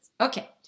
Okay